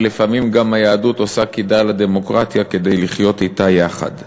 ולפעמים גם היהדות קדה לפני הדמוקרטיה כדי לחיות אתה יחד.